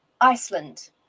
Iceland